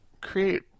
create